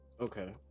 okay